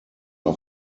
are